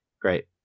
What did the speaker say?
Great